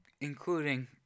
including